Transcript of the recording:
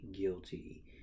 guilty